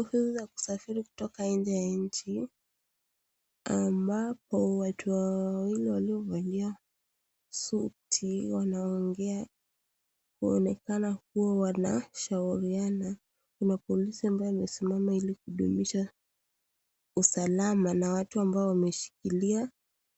Ofisi za kusafiri kutoka nje ya nchi ambapo watu wawili waliovalia suti wanaongea kuonekana kuwa wanashauriana. Kuna polisi ambao wamesimama Ili kudhumisha usalama na watu ambao wameshikilia